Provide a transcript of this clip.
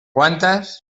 quantes